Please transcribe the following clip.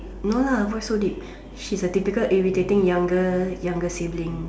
no her voice so deep she's a typical irritating younger younger sibling